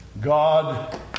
God